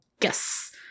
Yes